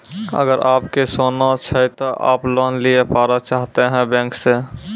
अगर आप के सोना छै ते आप लोन लिए पारे चाहते हैं बैंक से?